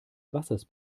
wassers